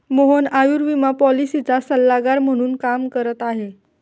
मोहन आयुर्विमा पॉलिसीचा सल्लागार म्हणून काम करत आहे